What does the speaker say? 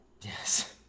Yes